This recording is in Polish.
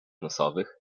nosowych